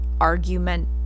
argument